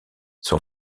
son